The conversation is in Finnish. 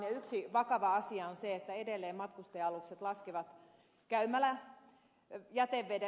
yksi vakava asia on se että edelleen matkustaja alukset laskevat käymäläjätevedet itämereen